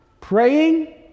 praying